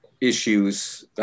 issues